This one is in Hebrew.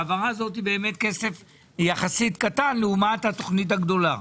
ההעברה הזאת היא באמת כסף קטן יחסית לעומת התוכנית הגדולה,